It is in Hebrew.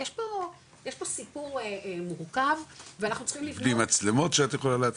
יש פה סיפור מורכב ואנחנו צריכים --- ועם מצלמות שאת יכולה להתקין?